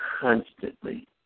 constantly